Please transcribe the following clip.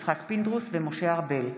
יצחק פינדרוס ומשה ארבל בנושא: